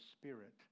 spirit